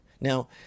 Now